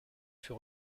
fut